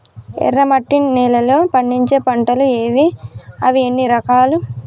ఎర్రమట్టి నేలలో పండించే పంటలు ఏవి? అవి ఎన్ని రకాలు?